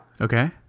okay